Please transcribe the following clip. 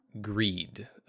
greed